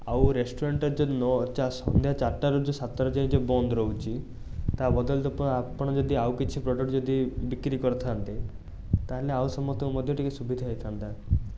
ଆଉ ରେଷ୍ଟୁରାଣ୍ଟ୍ର ଯେଉଁ ନଅଟା ସନ୍ଧ୍ୟା ଚାରଟାରୁ ଯେଉଁ ସାତଟା ଯାଇ ଯେଉଁ ବନ୍ଦ ରହୁଛି ତା' ବଦଳରେ ତ ଆପଣ ଯଦି ଆଉ କିଛି ପ୍ରଡ଼କ୍ଟ୍ ଯଦି ବିକ୍ରୀ କରିଥାନ୍ତେ ତାହାଲେ ଆଉ ସମସ୍ତଙ୍କୁ ମଧ୍ୟ ଟିକିଏ ସୁବିଧା ହେଇଥାନ୍ତା